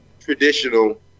traditional